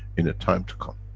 in a time to come.